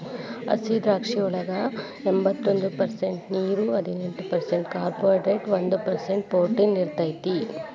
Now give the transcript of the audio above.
ಹಸಿದ್ರಾಕ್ಷಿಯೊಳಗ ಎಂಬತ್ತೊಂದ ಪರ್ಸೆಂಟ್ ನೇರು, ಹದಿನೆಂಟ್ ಪರ್ಸೆಂಟ್ ಕಾರ್ಬೋಹೈಡ್ರೇಟ್ ಒಂದ್ ಪರ್ಸೆಂಟ್ ಪ್ರೊಟೇನ್ ಇರತೇತಿ